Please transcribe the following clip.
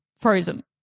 frozen